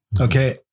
okay